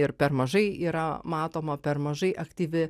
ir per mažai yra matoma per mažai aktyvi